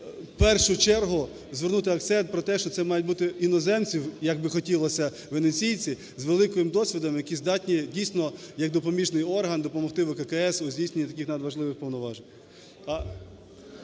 першу чергу звернути акцент про те, що це мають бути іноземці, як би хотілося "Венеційці", з великим досвідом, які здатні, дійсно, як допоміжний орган допомогти ВККС у здійсненні таких надважливих повноважень.